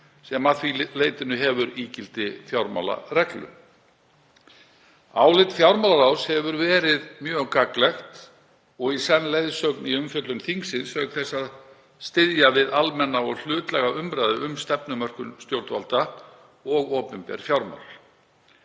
sem að því leyti hefur ígildi fjármálareglu. Álit fjármálaráðs hefur verið mjög gagnlegt og í senn leiðsögn í umfjöllun þingsins auk þess að styðja við almenna og hlutlæga umræðu um stefnumörkun stjórnvalda og opinber fjármál.